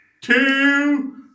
Two